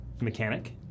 mechanic